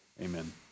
Amen